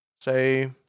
say